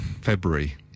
February